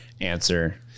answer